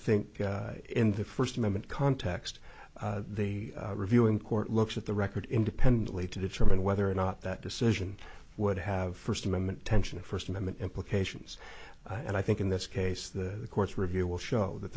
think in the first amendment context the reviewing court looks at the record independently to determine whether or not that decision would have first amendment tension first amendment implications and i think in this case the court's review will show that